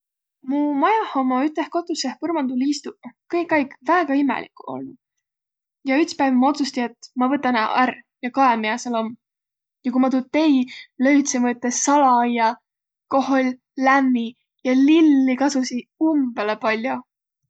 Mu majah ommaq üteh kotussõh põrmanduliistuq kõikaig väega imeliguq olnuq. Ja ütspäiv ma otsusti, et ma võta naaq ärq ja kae, miä sääl om. Ja ku ma tuud tei, löüdse ma üte salaaia, koh oll' lämmi ja lilli kasusi umbõlõ pall'o.